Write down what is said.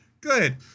Good